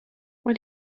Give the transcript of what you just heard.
when